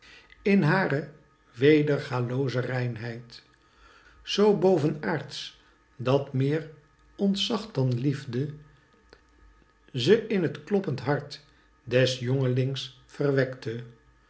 in hare wedergadelooze reinheid zoo bovenaardsch dat meer ontzach dan liefde ze in t kloppend hart des jongelings verwekte